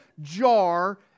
jar